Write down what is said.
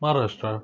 Maharashtra